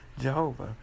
Jehovah